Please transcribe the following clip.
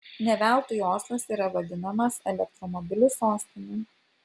ne veltui oslas yra vadinamas elektromobilių sostine